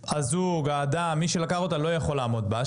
הזוג, האדם, מי שלקח אותה לא יכול לעמוד בה.